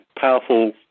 powerful